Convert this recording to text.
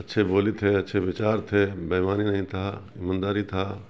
اچھے بولی تھے اچھے وچار تھے بے ایمانی نہیں تھا ایمان داری تھا